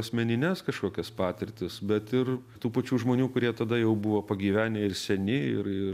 asmenines kažkokias patirtis bet ir tų pačių žmonių kurie tada jau buvo pagyvenę ir seni ir ir